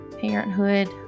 parenthood